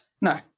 no